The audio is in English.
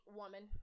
woman